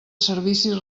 servicis